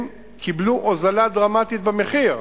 הם קיבלו הוזלה דרמטית במחיר.